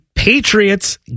Patriots